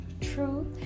truth